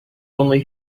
only